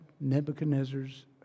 Nebuchadnezzar's